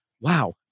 Wow